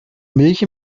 milch